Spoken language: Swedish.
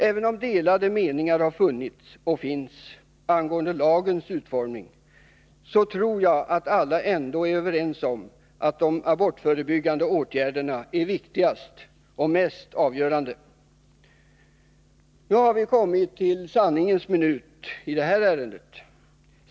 Även om delade meningar har funnits, och finns, angående lagens utformning, tror jag att alla ändå är överens om att de abortförebyggande åtgärderna är viktigast och mest utslagsgivande. Nu har vi kommit till sanningens minut i det här ärendet.